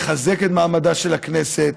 לחזק את מעמדה של הכנסת.